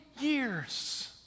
years